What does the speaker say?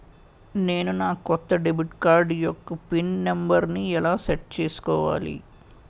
నేను నా కొత్త డెబిట్ కార్డ్ యెక్క పిన్ నెంబర్ని ఎలా సెట్ చేసుకోవాలి?